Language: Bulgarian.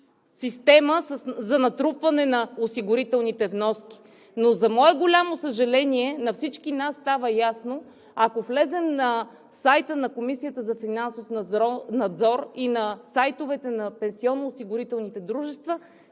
система за натрупване на осигурителните вноски. Но за мое голямо съжаление, на всички нас става ясно, ако влезем на сайта на Комисията за финансов надзор и на сайтовете на пенсионноосигурителните дружества,